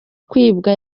kwibwa